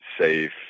safe